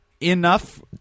enough